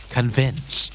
Convince